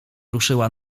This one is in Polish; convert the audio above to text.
ruszyła